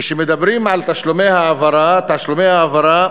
כשמדברים על תשלומי העברה, תשלומי ההעברה